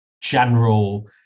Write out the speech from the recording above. general